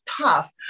tough